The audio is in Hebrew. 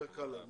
יותר קל להם.